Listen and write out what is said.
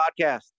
podcast